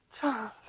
John